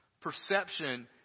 Perception